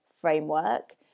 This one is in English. framework